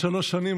עוד שלוש שנים,